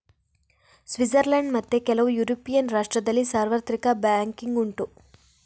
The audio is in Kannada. ಸ್ವಿಟ್ಜರ್ಲೆಂಡ್ ಮತ್ತೆ ಕೆಲವು ಯುರೋಪಿಯನ್ ರಾಷ್ಟ್ರದಲ್ಲಿ ಸಾರ್ವತ್ರಿಕ ಬ್ಯಾಂಕಿಂಗ್ ಉಂಟು